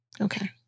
Okay